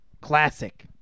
Classic